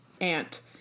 ant